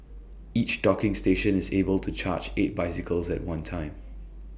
each docking station is able to charge eight bicycles at one time